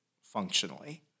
functionally